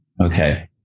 Okay